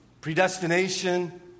predestination